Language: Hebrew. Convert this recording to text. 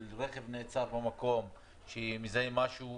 של רכב שנעצר במקום כשהוא מזהה משהו,